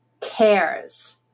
cares